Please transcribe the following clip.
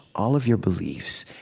all of your beliefs.